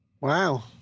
Wow